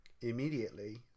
Immediately